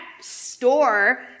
store